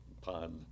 pond